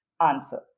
answer